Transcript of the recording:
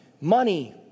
Money